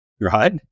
right